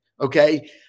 okay